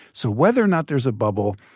so whether or not there's a bubble,